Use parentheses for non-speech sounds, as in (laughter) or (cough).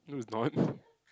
no it's not (breath)